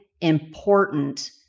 important